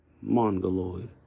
Mongoloid